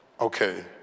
okay